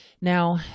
Now